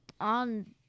on